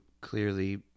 clearly